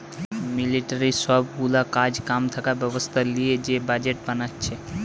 মিলিটারির সব গুলা কাজ কাম থাকা ব্যবস্থা লিয়ে যে বাজেট বানাচ্ছে